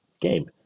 game